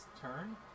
turn